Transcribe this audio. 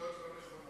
העובדות לא נכונות.